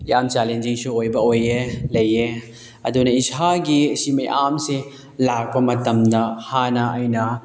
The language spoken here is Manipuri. ꯌꯥꯝ ꯆꯦꯂꯦꯟꯖꯤꯡꯁꯨ ꯑꯣꯏꯕ ꯑꯣꯏꯌꯦ ꯂꯩꯌꯦ ꯑꯗꯨꯅ ꯏꯁꯥꯒꯤ ꯑꯁꯤ ꯃꯌꯥꯝꯁꯦ ꯂꯥꯛꯄ ꯃꯇꯝꯗ ꯍꯥꯟꯅ ꯑꯩꯅ